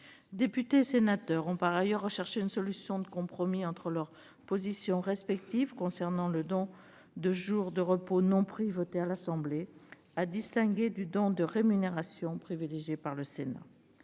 Députés et sénateurs ont par ailleurs recherché une solution de compromis entre leurs positions respectives concernant le don de jours de repos non pris voté par l'Assemblée, à distinguer du don de rémunération privilégié par le Sénat.